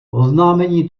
oznámení